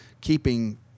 keeping